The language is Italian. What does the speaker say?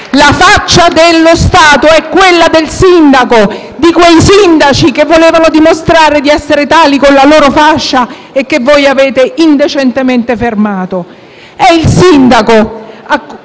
La faccia dello Stato è quella del sindaco, di quei sindaci che volevano dimostrare di essere tali con la loro fascia e che voi avete indecentemente fermato. È il sindaco